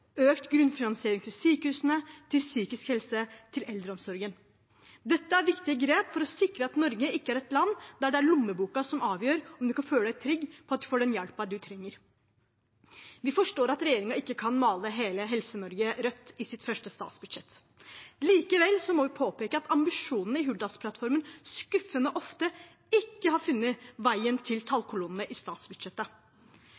økt grunnfinansiering til sykehusene, til psykisk helse, til eldreomsorgen. Dette er viktige grep for å sikre at Norge ikke er et land der det er lommeboka som avgjør om man kan føle seg trygg på at man får den hjelpen man trenger. Vi forstår at regjeringen ikke kan male hele Helse-Norge rødt i sitt første statsbudsjett. Likevel må vi påpeke at ambisjonene i Hurdalsplattformen skuffende ofte ikke har funnet veien til